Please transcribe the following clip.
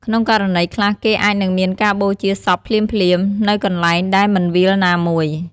ក្នុងករណីខ្លះ គេអាចនឹងមានការបូជាសពភ្លាមៗ នៅកន្លែងដែលមិនវាលណាមួយ។